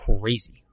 crazy